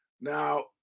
Now